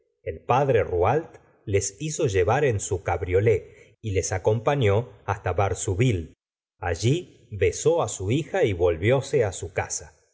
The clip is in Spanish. el padre rouault les hizo llevar en su cabriolé y les acompañé hasta varsouville allí besó su hija y volvióse su casa